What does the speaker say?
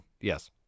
yes